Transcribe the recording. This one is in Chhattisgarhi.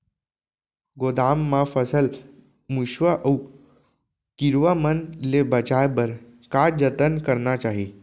गोदाम मा फसल ला मुसवा अऊ कीरवा मन ले बचाये बर का जतन करना चाही?